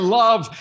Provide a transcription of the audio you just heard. love